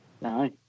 No